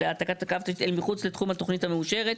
להעתקת הקו אל מחוץ לתחום התוכנית מאושרת.